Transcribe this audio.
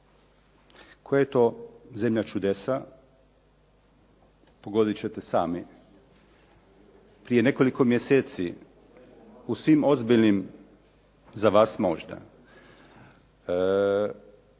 Koja je to zemlja čudesa, pogoditi ćete sami. Prije nekoliko mjeseci u svim ozbiljnim, za vas možda,